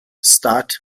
stade